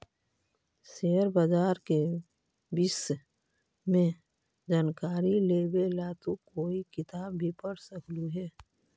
share बाजार के विष्य में जानकारी लेवे ला तू कोई किताब भी पढ़ सकलू हे